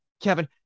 Kevin